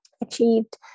achieved